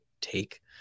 take